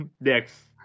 Next